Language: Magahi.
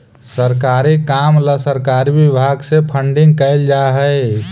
सरकारी काम ला सरकारी विभाग से फंडिंग कैल जा हई